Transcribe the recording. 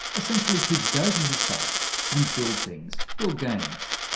essentially kids go to his site and build things, build games.